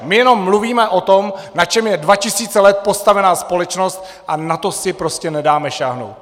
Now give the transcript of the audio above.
My jenom mluvíme o tom, na čem je dva tisíce let postavena společnost, a na to si prostě nedáme sáhnout!